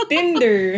Tinder